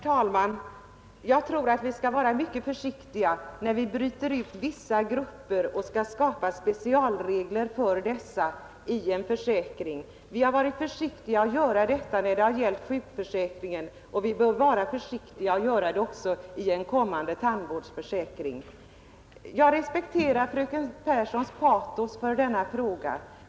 Herr talman! Jag tror att vi skall vara mycket försiktiga när vi bryter ut vissa grupper och vill skapa specialregler för dessa i en försäkring. Vi har varit försiktiga med att göra detta när det har gällt sjukförsäkringen, och vi bör vara försiktiga med att göra det också i en kommande tandvårdsförsäkring. Jag respekterar fröken Pehrssons patos i denna fråga.